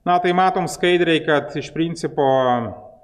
na tai matom skaidriai kad iš principo